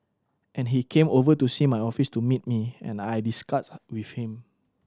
and he came over to see my office to meet me and I discussed with him